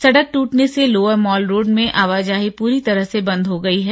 सड़क दूटने से लोअर मॉल रोड में आवाजाही पूरी तरह से बंद हो गयी है